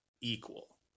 equal